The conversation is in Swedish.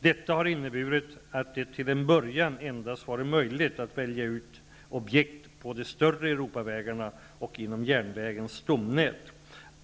Detta har inneburit att det till en början endast varit möjligt att välja ut objekt på de större